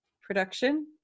production